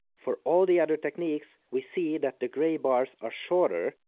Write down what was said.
for all the other techniques, we see that the grey bars are shorter,